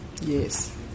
Yes